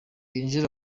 yinjira